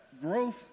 growth